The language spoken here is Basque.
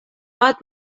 bat